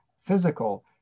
physical